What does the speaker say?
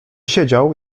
siedział